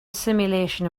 simulation